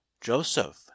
Joseph